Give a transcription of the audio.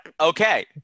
okay